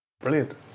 Brilliant